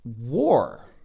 war